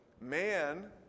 Man